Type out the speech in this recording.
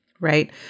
right